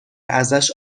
ازش